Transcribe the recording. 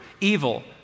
evil